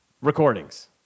recordings